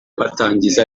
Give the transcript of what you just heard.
batangiza